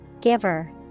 Giver